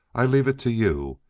i leave it to you.